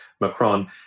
Macron